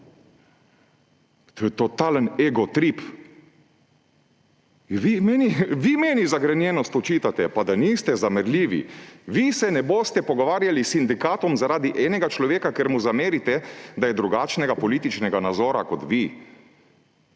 to je totalen egotrip. In vi meni zagrenjenost očitate. Pa da niste zamerljivi?! Vi se ne boste pogovarjali s sindikatom zaradi enega človeka, ker mu zamerite, da je drugačnega političnega nazora kot vi!